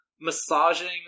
massaging